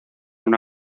una